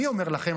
אני אומר לכם,